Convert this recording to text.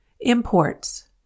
Imports